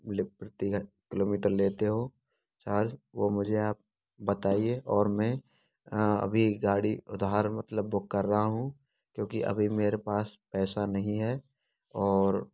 लि पड़ती है किलोमीटर लेते हो चार्ज वह मुझे आप बताइए और मैं अभी गाड़ी उधार मतलब बुक करा हूँ क्योंकि अभी मेरे पास पैसा नहीं है और